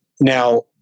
Now